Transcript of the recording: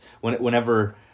whenever